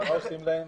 מה עושים להם?